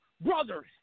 brothers